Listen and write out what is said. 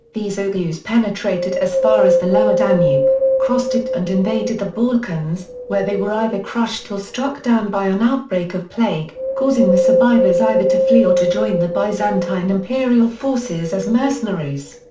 these oghuz penetrated as far as the lower danube, crossed it and invaded the balkans, where they were either crushed or struck down by an outbreak of plague, causing the survivors either to flee or to join the byzantine imperial forces as mercenaries.